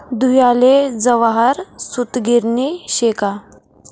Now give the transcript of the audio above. धुयाले जवाहर सूतगिरणी शे का